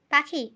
পাখি